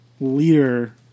leader